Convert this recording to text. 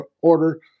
order